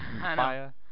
fire